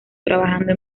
trabajando